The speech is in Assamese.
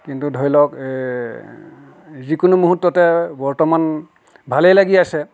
কিন্তু ধৰি লওক যিকোনো মুহূৰ্ততে বৰ্তমান ভালেই লাগি আছে